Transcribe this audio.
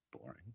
boring